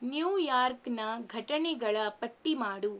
ನ್ಯೂಯಾರ್ಕ್ನ ಘಟನೆಗಳ ಪಟ್ಟಿ ಮಾಡು